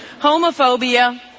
homophobia